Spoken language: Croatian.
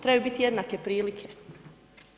Trebaju biti jednake prilike.